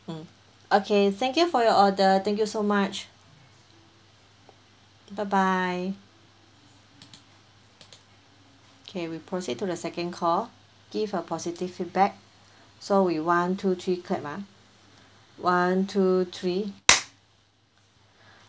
mm okay thank you for your order thank you so much bye bye okay we proceed to the second call give a positive feedback so we one two three clap ah one two three